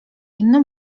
inny